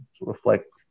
reflect